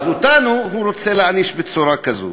אז אותנו הוא רוצה להעניש בצורה כזאת.